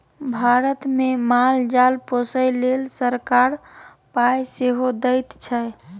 भारतमे माल जाल पोसय लेल सरकार पाय सेहो दैत छै